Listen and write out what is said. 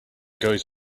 goes